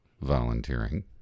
volunteering